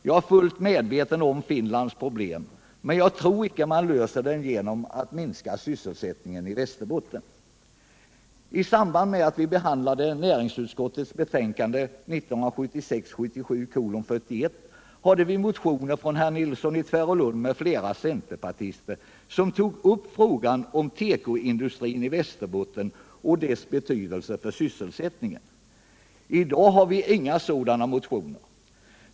Jag är fullt medveten om Finlands problem, men jag tror inte att man skall lösa dessa genom att minska sysselsättningen i Västerbotten. I näringsutskottets betänkande 1976/77:41 hade vi att behandla en motion av herr Nilsson i Tvärålund m.fl. centerpartister, som tog upp frågan om tekoindustrin i Västerbotten och dess betydelse för sysselsättningen. I dag har vi inga sådana motioner.